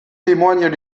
témoignent